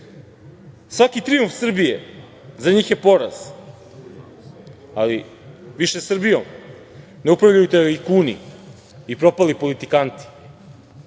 Svaki trijumf Srbije za njih je poraz, ali više Srbijom ne upravljaju tajkuni i propali politikanti,